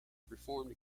performed